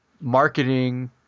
marketing